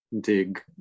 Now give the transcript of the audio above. dig